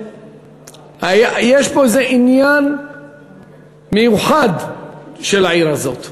שיש פה איזה עניין מיוחד של העיר הזאת.